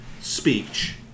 speech